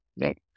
Right